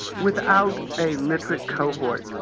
without a literate cohort.